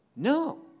No